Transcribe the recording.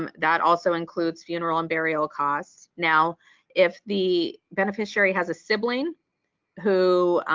um that also includes funeral and burial costs now if the beneficiary has a sibling who